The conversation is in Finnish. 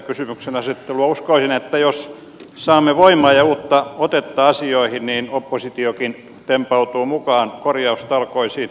uskoisin että jos saamme voimaa ja uutta otetta asioihin niin oppositiokin tempautuu mukaan korjaustalkoisiin